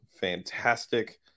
fantastic